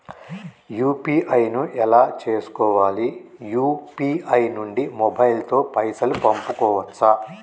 UPI ను ఎలా చేస్కోవాలి యూ.పీ.ఐ నుండి మొబైల్ తో పైసల్ పంపుకోవచ్చా?